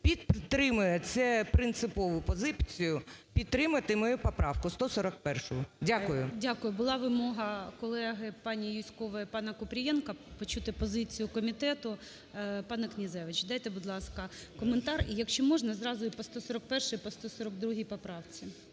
підтримає цю принципову позицію, підтримати мою поправку 141. Дякую. ГОЛОВУЮЧИЙ. Була вимога колеги пані Юзькової і пана Купрієнка почути позицію комітету. Пане Князевич, дайте будь ласка, коментар. І, якщо можна, зразу і по 141-й, і по 142 поправці.